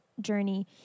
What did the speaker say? journey